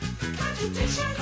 Contradiction